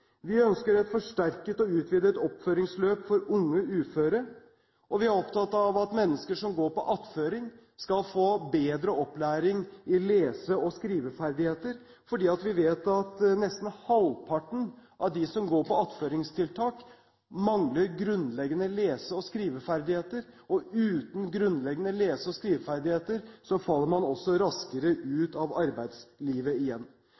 Vi ønsker et forsterket og utvidet oppfølgingsløp for unge uføre, og vi er opptatt av at mennesker som går på attføring, skal få bedre opplæring i lese- og skriveferdigheter. Vi vet at nesten halvparten av dem som går på attføringstiltak, mangler grunnleggende lese- og skriveferdigheter, og uten grunnleggende lese- og skriveferdigheter faller man også raskere ut av arbeidslivet igjen.